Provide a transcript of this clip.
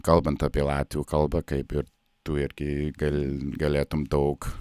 kalbant apie latvių kalbą kaip ir tu irgi gal galėtum daug